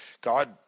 God